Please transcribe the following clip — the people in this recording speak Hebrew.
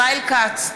(קוראת בשמות חברי הכנסת) ישראל כץ,